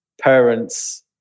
parents